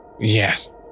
Yes